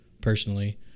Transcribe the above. personally